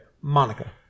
Monica